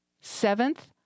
Seventh